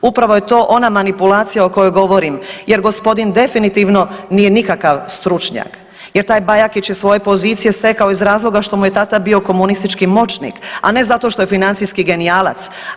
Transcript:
Upravo je to ona manipulacija o kojoj govorim jer gospodin definitivno nije nikakav stručnjak, jer taj Bajakić je svoje pozicije stekao iz razloga što mu je tata bio komunistički moćnik, a ne zato što je financijski genijalac.